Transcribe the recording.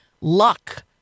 luck